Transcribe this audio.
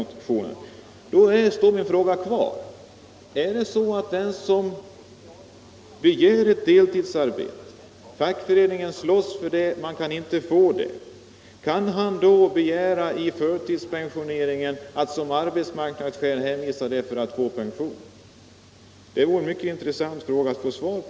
Då står min fråga kvar: Är det så, att den som begärt ett deltidsarbete — och som hans fackförening slagits för men som han ändå inte kunnat få — när det gäller förtidspensionering kan hänvisa till detta såsom arbetsmarknadsskäl för att begära pensionen? Det är en fråga som det vore intressant att få ett svar på.